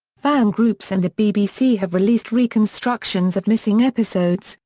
fan groups and the bbc have released reconstructions of missing episodes,